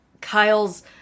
Kyle's